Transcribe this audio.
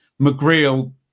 McGreal